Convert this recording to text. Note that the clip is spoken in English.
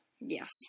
Yes